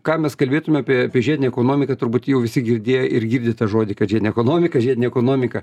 ką mes kalbėtume apie apie žiedinę ekonomiką turbūt jau visi girdėję ir girdi tą žodį kad ėžiedinė ekonomika žiedinė ekonomika